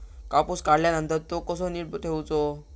कापूस काढल्यानंतर तो कसो नीट ठेवूचो?